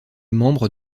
membres